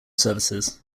services